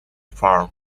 form